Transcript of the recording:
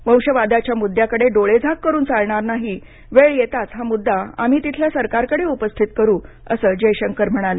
वंशवादाच्या मुद्द्याकडे डोळेझाक करून चालणार नाहे वेळ येताच हा मुद्दा आम्ही तिथल्या सरकारकडे उपस्थित करू असं जयशंकर म्हणाले